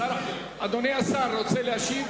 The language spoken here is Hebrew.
אדוני השר, רוצה להשיב?